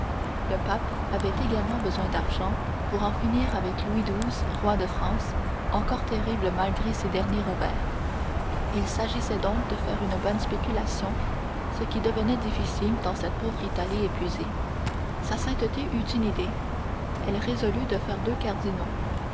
le pape avait également besoin d'argent pour en finir avec louis xii roi de france encore terrible malgré ses derniers revers il s'agissait donc de faire une bonne spéculation ce qui devenait difficile dans cette pauvre italie épuisée sa sainteté eut une idée elle résolut de faire deux cardinaux